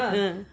ah